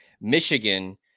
Michigan